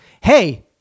Hey